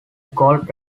gold